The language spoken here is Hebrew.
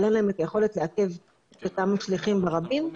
אבל אין להם את היכולת לעכב את אותם משליכים ברבים.